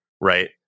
right